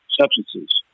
substances